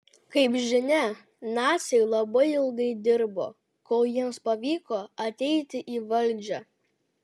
kaip žinia naciai labai ilgai dirbo kol jiems pavyko ateiti į valdžią